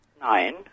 Nine